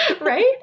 Right